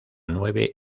nueve